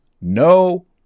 no